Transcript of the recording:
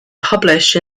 published